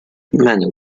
many